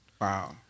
Wow